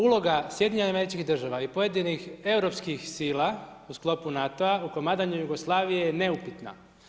Uloga SAD-a i pojedinih europskih sila u sklopu NATO-a u komadanju Jugoslavije je neupitna.